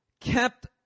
kept